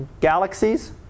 galaxies